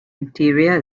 interior